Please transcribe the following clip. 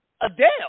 Adele